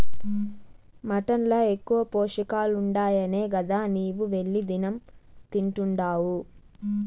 mutton ల ఎక్కువ పోషకాలుండాయనే గదా నీవు వెళ్లి దినం తింటున్డావు